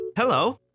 Hello